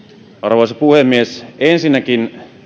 arvoisa puhemies ensinnäkin